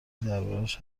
دربارهاش